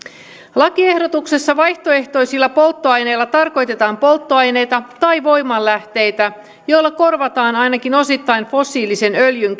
lakiehdotuksessa vaihtoehtoisilla polttoaineilla tarkoitetaan polttoaineita tai voimanlähteitä joilla korvataan ainakin osittain fossiilisen öljyn